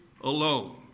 alone